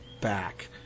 back